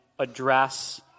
address